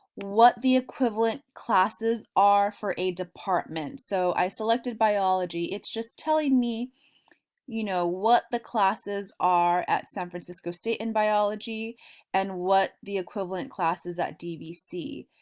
what the equivalent classes are for a department so i selected biology it's just telling me you know what the classes are at san francisco state in biology and what the equivalent class is at dvc.